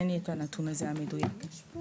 אין לי את הנתון המדויק הזה.